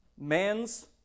Man's